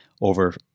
over